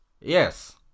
yes